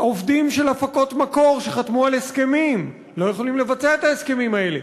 עובדים של הפקות מקור שחתמו על הסכמים לא יכולים לבצע את ההסכמים האלה.